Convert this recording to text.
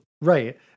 Right